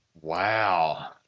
Wow